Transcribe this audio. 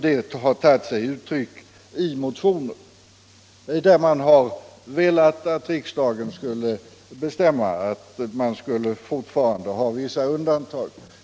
Detta har tagit sig uttryck i motioner, där man har velat att riksdagen skulle bestämma att vissa undantag fortfarande skulle få finnas.